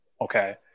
okay